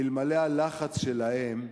ואלמלא הלחץ שלהם,